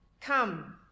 Come